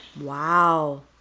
Wow